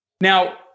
Now